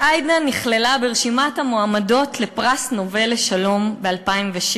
שעאידה נכללה ברשימת המועמדות לפרס נובל לשלום ב-2007.